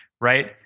right